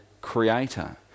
creator